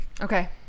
Okay